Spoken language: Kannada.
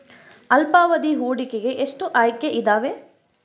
ಅಲ್ಪಾವಧಿ ಹೂಡಿಕೆಗೆ ಎಷ್ಟು ಆಯ್ಕೆ ಇದಾವೇ?